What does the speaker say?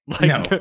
No